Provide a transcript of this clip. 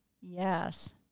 Yes